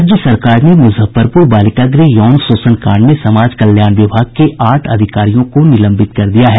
राज्य सरकार ने मुजफ्फरपुर बालिका गृह यौन शोषण कांड में समाज कल्याण विभाग के आठ अधिकारियों को निलंबित कर दिया है